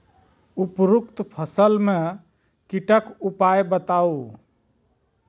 उपरोक्त फसल मे कीटक उपाय बताऊ?